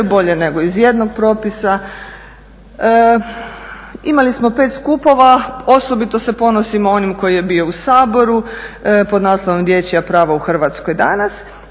bolje nego iz ijednog propisa. Imali smo 5 skupova. Osobito se ponosimo onim koji je bio u Saboru pod naslovom "Dječja prava u Hrvatskoj danas"